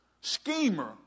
schemer